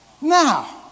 Now